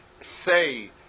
say